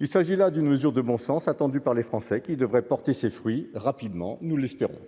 il s'agit là d'une mesure de bon sens, attendu par les Français, qui devrait porter ses fruits rapidement, nous l'espérons,